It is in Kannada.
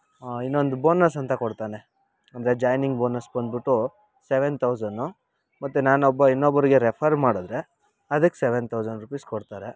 ಇನ್ನೊಂದು ಬೋನಸ್ ಅಂತ ಕೊಡ್ತಾನೆ ಅಂದರೆ ಜಾಯ್ನಿಂಗ್ ಬೋನಸ್ ಬಂದುಬಿಟ್ಟು ಸೆವೆನ್ ತೌಸನು ಮತ್ತು ನಾನೊಬ್ಬ ಇನ್ನೊಬ್ರಿಗೆ ರೆಫರ್ ಮಾಡಿದ್ರೆ ಅದಕ್ಕೆ ಸೆವೆನ್ ತೌಸನ್ ರೂಪೀಸ್ ಕೊಡ್ತಾರೆ